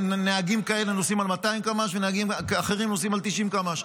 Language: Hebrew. כשנהגים כאלה נוסעים ב-200 קמ"ש ונהגים אחרים נוסעים ב-90 קמ"ש.